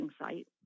site